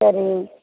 சரி